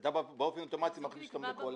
אתה באופן אוטומטי מכניס אותם לקואליציה.